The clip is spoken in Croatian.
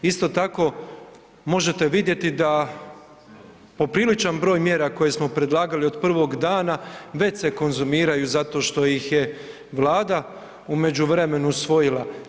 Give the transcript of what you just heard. Isto tako možete vidjeti da popriličan broj mjera koje smo predlagali od prvog dana već se konzumiraju zato što ih je Vlada u međuvremenu usvojila.